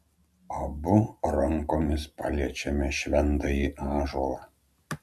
abu rankomis paliečiame šventąjį ąžuolą